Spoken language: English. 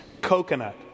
Coconut